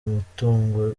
mutungo